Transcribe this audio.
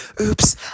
oops